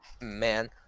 Man